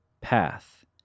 path